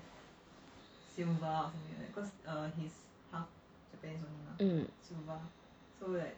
hmm